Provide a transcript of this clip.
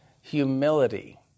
humility